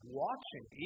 watching